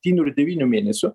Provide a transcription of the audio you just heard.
septynių ir devynių mėnesių